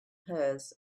hers